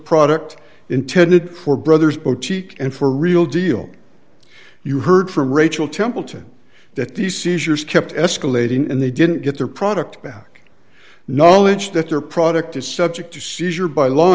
product intended for brothers boutique and for real deal you heard from rachel templeton that these seizures kept escalating and they didn't get their product back knowledge that their product is subject to seizure by law